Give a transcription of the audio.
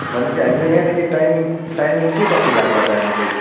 भने पछि हामीलाई यहाँदेखि टाइमिङ टाइमिङ के कति लाग्ला जानु चाहिँ